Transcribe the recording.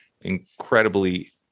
incredibly